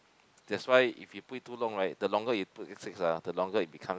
that's why if you put it too long right the longer you put it ah the longer it become